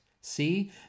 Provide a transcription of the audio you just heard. See